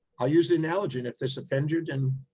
i'll use the analogy and if this offends you, then,